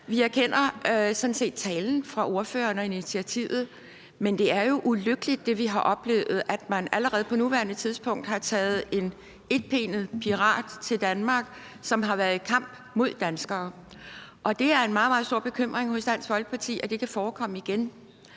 vi anerkender sådan set talen fra ordføreren og initiativet, men det er jo ulykkeligt, hvad vi har oplevet, altså at man allerede på nuværende tidspunkt har taget en etbenet pirat, som har været i kamp mod danskere, til Danmark. Det er en meget, meget stor bekymring hos Dansk Folkeparti, at det kan forekomme igen,